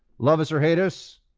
love us or hate us,